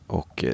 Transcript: och